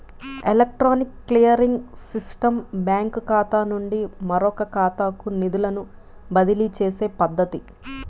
electronic clearing system బ్యాంకుఖాతా నుండి మరొకఖాతాకు నిధులను బదిలీచేసే పద్ధతి